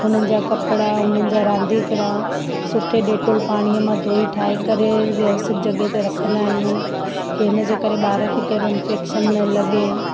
हुननि जा कपिड़ा हुननि जा रांधिकड़ा सुठे डेटोल पाणीअ मां धोई ठाहे करे व्यवस्थित जॻहि ते रखंदा आहियूं कि हिनजे करे ॿार खे कहिड़ो इन्फैक्शन न लॻे